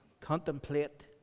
contemplate